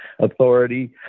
authority